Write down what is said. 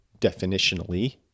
definitionally